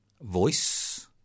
voice